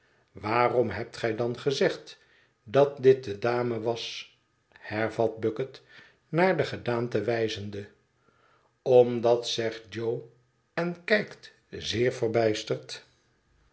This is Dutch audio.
waarom hebt gij dan gezegd dat dit de dame was hervat bucket naar de gedaante wijzende omdat zegt jo en kijkt zeer verbijsterd